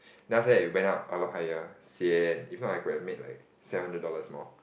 then after that it went up a lot higher sian if not I could have made like seven hundred dollars more